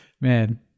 Man